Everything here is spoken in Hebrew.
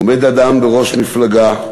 עומד אדם בראש מפלגה,